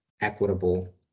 equitable